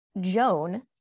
Joan